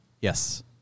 Yes